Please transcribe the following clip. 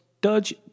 dodge